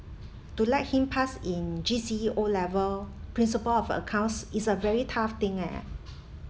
to let him pass in G_C_E O level principle of accounts is a very tough thing eh